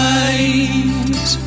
eyes